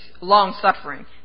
long-suffering